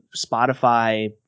Spotify